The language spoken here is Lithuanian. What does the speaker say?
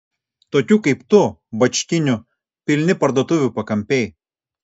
tokių kaip tu bačkinių pilni parduotuvių pakampiai